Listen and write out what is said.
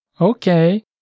Okay